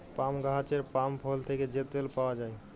পাম গাহাচের পাম ফল থ্যাকে যে তেল পাউয়া যায়